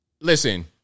Listen